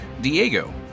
Diego